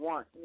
One